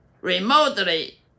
remotely